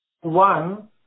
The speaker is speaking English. one